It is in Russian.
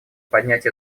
поднять